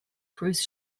cruise